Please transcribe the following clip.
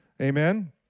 amen